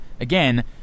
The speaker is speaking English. Again